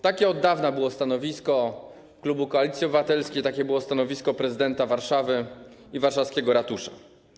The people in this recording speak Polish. Takie od dawna było stanowisko klubu Koalicji Obywatelskiej, takie było stanowisko prezydenta Warszawy i warszawskiego ratusza.